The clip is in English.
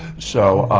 so,